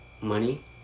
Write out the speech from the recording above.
money